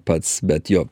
pats bet jo